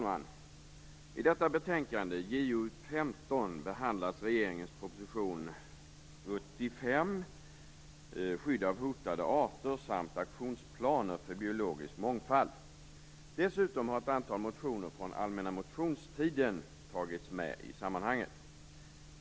Herr talman! I betänkande JoU15 behandlas regeringens proposition 75 Skydd av hotade arter samt aktionsplaner för biologisk mångfald. Dessutom har ett antal motioner från allmänna motionstiden tagits med i sammanhanget.